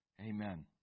Amen